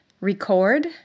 record